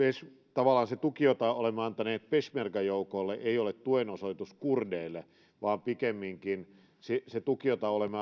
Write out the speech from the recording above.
tavallaan se tuki jota olemme antaneet peshmerga joukoille ei ole tuen osoitus kurdeille vaan pikemminkin siitä tuesta jota olemme